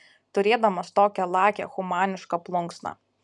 turėdamas tokią lakią humanišką plunksną